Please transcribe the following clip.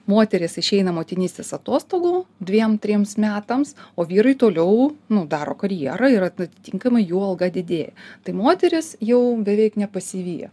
moteris išeina motinystės atostogų dviem trims metams o vyrai toliau nu daro karjerą ir atitinkamai jų alga didėja tai moteris jau beveik nepasivija